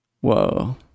Whoa